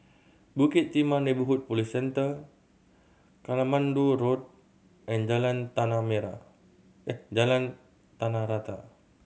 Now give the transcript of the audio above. Bukit Timah Neighbourhood Police Centre Katmandu Road and Jalan Tanah Jalan Tanah Rata